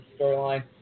storyline